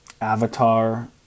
Avatar